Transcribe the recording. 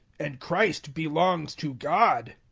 and christ belongs to god.